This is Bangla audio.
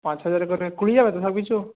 পাঁচ হাজার করে কুলিয়ে যাবে তো সব কিছু